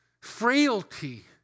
frailty